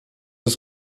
des